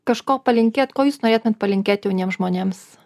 kažko palinkėt ko jūs norėtumėt palinkėt jauniems žmonėms